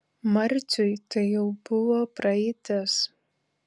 marciui tai jau buvo praeitis